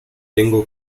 tengo